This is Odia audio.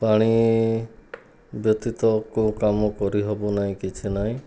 ପାଣି ବ୍ୟତୀତ କେଉଁ କାମ କରିହେବ ନାହିଁ କିଛି ନାହିଁ